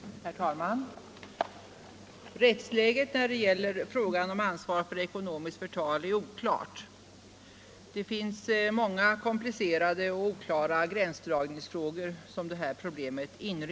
Herr talman! Rättsläget när det gäller ansvar för ekonomiskt förtal är oklart. Det finns många komplicerade och dunkla gränsdragningsfrågor inrymda i det här problemet.